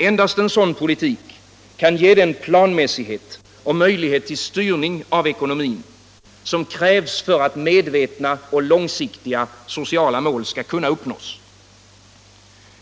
Endast en sådan politik kan ge den planmässighet och möjlighet till styrning av ekonomin som krävs för att långsiktiga sociala mål skall kunna uppnås.